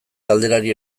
galderari